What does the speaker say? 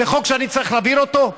זה חוק שאני צריך להעביר אותו?